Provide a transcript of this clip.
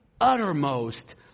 uttermost